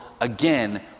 again